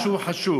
משהו חשוב.